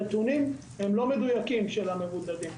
הנתונים של המבודדים לא מדויקים.